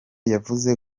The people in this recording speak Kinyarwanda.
yavuze